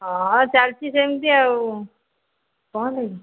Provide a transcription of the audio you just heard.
ହଁ ଚାଲିଛି ସେମିତି ଆଉ କ'ଣ ହେଲାକି